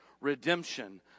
redemption